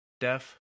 deaf